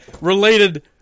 Related